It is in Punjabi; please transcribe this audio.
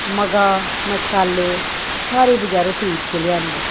ਮਗਾ ਮਸਾਲੇ ਸਾਰੇ ਬਾਜ਼ਾਰੋਂ ਖ਼ਰੀਦ ਕੇ ਲਿਆਂਦੇ